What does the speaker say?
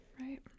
right